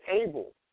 able